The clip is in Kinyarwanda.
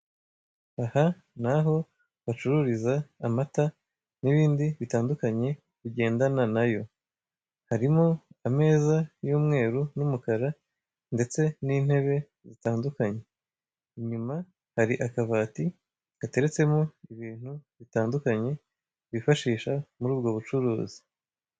Aha ni aho bacururiza amata n'ibindi bitandukanye bigendana nayo, harimo ameza y'umweru n'umukara ndetse n'intebe zitandukanye, inyuma hari akabati gateretsemo ibintu bitandukanye bifashisha muri ubwo bucuruzi.